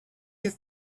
your